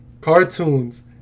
cartoons